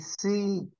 see